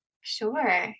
Sure